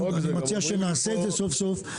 אני מציע שנעשה את זה סוף סוף.